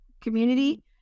community